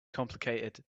complicated